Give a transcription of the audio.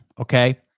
okay